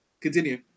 Continue